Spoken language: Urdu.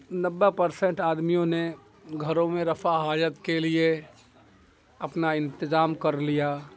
نبے پرسینٹ آدمیوں نے گھروں میں رفع حاجت کے لیے اپنا انتظام کر لیا